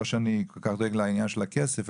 לא שאני כל כך דואג לעניין של הכסף,